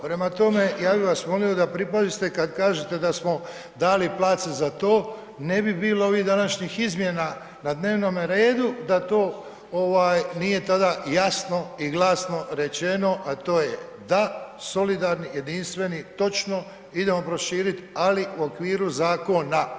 Prema tome, ja bi vas molio da pripazite kad kažete da smo dali place za to, ne bi bilo ovih današnjih izmjena na dnevnome redu da to ovaj nije tada jasno i glasno rečeno, a to je da solidarni, jedinstveni, točno idemo proširit, ali u okviru zakona.